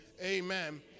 amen